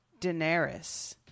Daenerys